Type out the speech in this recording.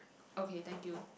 okay thank you